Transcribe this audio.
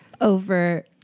over